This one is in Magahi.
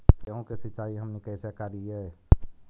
गेहूं के सिंचाई हमनि कैसे कारियय?